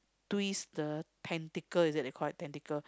twist the tentacle is it they call it tentacle